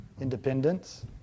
independence